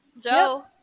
Joe